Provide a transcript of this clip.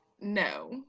No